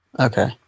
Okay